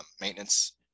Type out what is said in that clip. maintenance